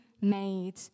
made